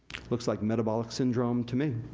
looks like metabolic syndrome to me.